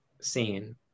scene